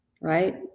right